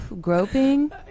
Groping